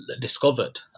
discovered